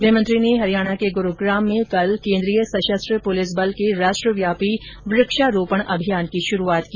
गृहमंत्री ने हरियाणा के गुरूग्राम में आज केन्द्रीय सशस्त्र पुलिसबल के राष्ट्रव्यापी वृक्षारोपण अभियान की शुरूआत की